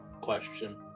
question